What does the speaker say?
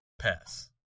Pass